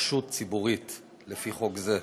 לרשות ציבורית לפי חוק זה.